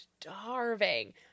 starving